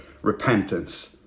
repentance